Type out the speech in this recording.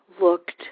looked